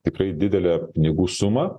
tikrai didelę pinigų sumą